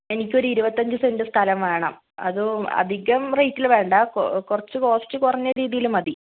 എനിക്ക് ഒരു ഇരുപത്തഞ്ച് സെൻറ് സ്ഥലം വേണം അതും അധികം റേറ്റിൽ വേണ്ട കൊ കുറച്ച് കോസ്റ്റ് കുറഞ്ഞ രീതിയിൽ മതി